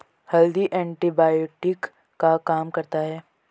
हल्दी एंटीबायोटिक का काम करता है